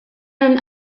and